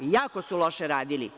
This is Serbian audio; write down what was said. Jako su loše radili.